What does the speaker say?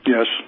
Yes